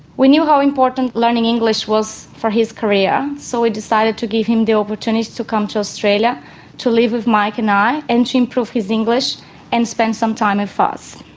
we knew how important learning english was for his career so we decided to give him the opportunity to come to australia to live with mike and i and to improve his english and spend some time with us.